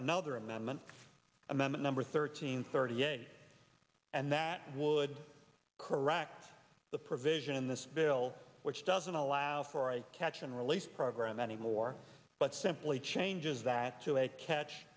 another amendment a member number thirteen thirty eight and that would correct the provision in this bill which doesn't allow for a catch and release program anymore but simply changes that